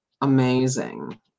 amazing